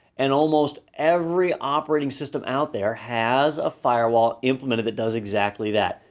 and almost every operating system out there has a firewall implemented that does exactly that,